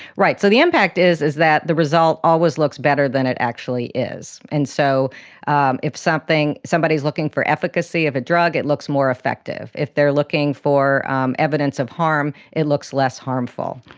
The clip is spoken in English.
right, so the impact is is that the result always looks better than it actually is. and so um if somebody is looking for efficacy of a drug, it looks more effective. if they are looking for evidence of harm, it looks less harmful.